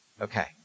Okay